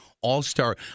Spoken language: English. All-Star